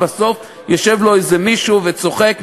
ובסוף יושב לו מישהו וצוחק,